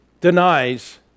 denies